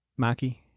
Maki